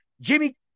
Jimmy